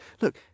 look